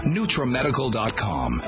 NeutraMedical.com